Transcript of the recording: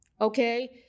okay